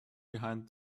behind